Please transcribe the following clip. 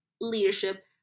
leadership